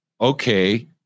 okay